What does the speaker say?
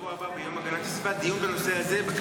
בשבוע הבא יהיה בכנסת יום הגנת הסביבה ויהיה דיון בנושא הזה.